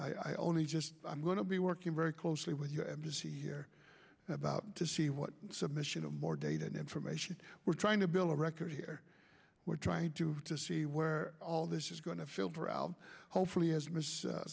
i only just i'm going to be working very closely with this here about to see what submission of more data and information we're trying to build a record here we're trying to to see where all this is going to filter out hopefully as